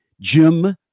Jim